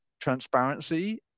transparency